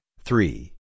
three